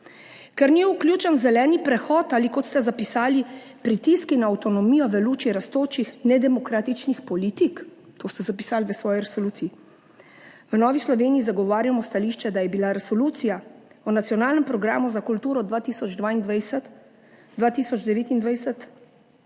Ker ni vključen zeleni prehod ali, kot ste zapisali, pritiski na avtonomijo v luči rastočih nedemokratičnih politik? To ste zapisali v svoji resoluciji. V Novi Sloveniji zagovarjamo stališče, da je bila Resolucija o nacionalnem programu za kulturo 2022–2029